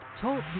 Talk